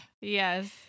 yes